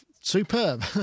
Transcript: superb